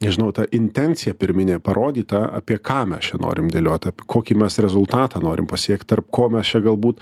nežinau ta intencija pirminė parodyta apie ką mes čia norim dėliot kokį mes rezultatą norim pasiekt tarp ko mes čia galbūt